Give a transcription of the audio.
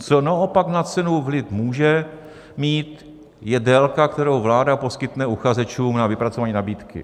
Co naopak na cenu vliv může mít, je délka, kterou vláda poskytne uchazečům na vypracování nabídky.